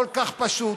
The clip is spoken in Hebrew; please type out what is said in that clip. כל כך פשוט.